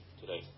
today